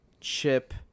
Chip